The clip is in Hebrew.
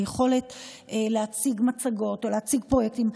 את היכולת להציג מצגות או להציג פרויקטים,